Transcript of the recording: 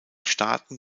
staaten